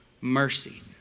mercy